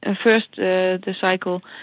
ah first the the cycle,